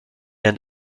and